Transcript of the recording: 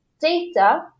data